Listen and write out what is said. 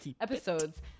episodes